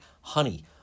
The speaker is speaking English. honey